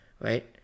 right